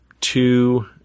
two